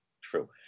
true